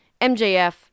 MJF